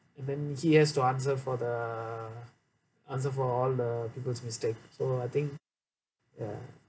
then he has to answer for the answer for all the people's mistakes so I think ya